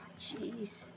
jeez